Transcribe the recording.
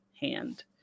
hand